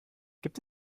gibt